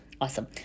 Awesome